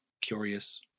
curious